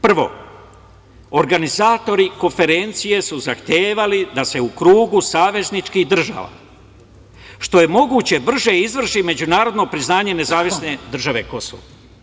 Prvo, organizatori konferencije su zahtevali da se u krugu savezničkih država, što je moguće brže izvrši međunarodno priznanje nezavisne države Kosovo.